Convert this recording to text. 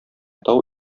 тау